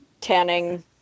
tanning